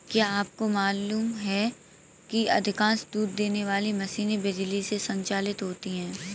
क्या आपको मालूम है कि अधिकांश दूध देने वाली मशीनें बिजली से संचालित होती हैं?